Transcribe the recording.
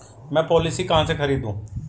मैं पॉलिसी कहाँ से खरीदूं?